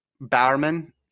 Bowerman